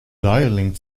dialling